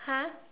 !huh!